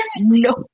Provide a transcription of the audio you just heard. no